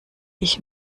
ich